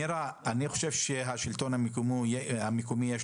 מירה, אני חושב שלשלטון המקומי יש